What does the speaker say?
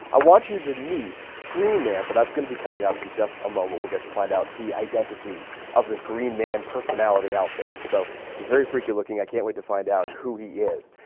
i want you to meet green man, but that's going to be coming up in just a moment. we'll get to find out the identity of this green man personality out there. and so he's very freaky looking. i can't wait to find out who he is.